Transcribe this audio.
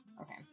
Okay